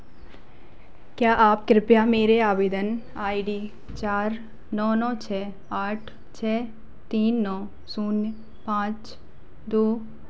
क्या आप कृपया मेरे आवेदन आई डी चार नौ नौ छः आठ छः तीन नौ शून्य पाँच दो